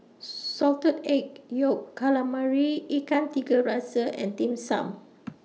Salted Egg Yolk Calamari Ikan Tiga Rasa and Dim Sum